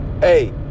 hey